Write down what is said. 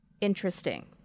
Interesting